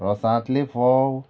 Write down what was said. रोसांतले फोव